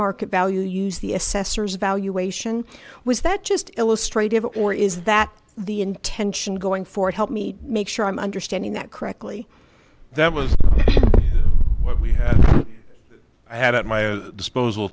market value use the assessor's valuation was that just illustrated or is that the intention going forward help me make sure i'm understanding that correctly that was what we had at my disposal